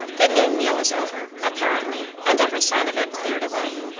the noon meal was over, apparently, and every sign of it cleared away.